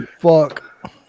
fuck